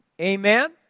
Amen